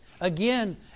Again